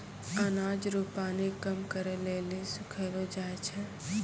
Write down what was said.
अनाज रो पानी कम करै लेली सुखैलो जाय छै